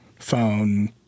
phone